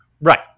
Right